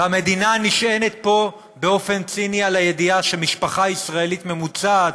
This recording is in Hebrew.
המדינה נשענת פה באופן ציני על הידיעה שמשפחה ישראלית ממוצעת,